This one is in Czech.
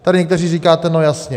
Tady někteří říkáte no jasně.